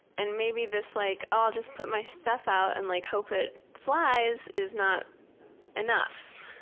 and maybe this like i'll just put my stuff out and like hope it flies is not enough.